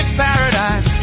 paradise